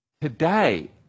Today